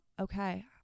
okay